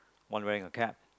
one wearing a cap